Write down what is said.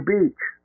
Beach